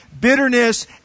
bitterness